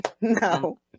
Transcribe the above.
No